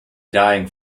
dying